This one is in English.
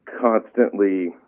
constantly